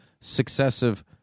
successive